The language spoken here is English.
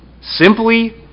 simply